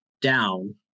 down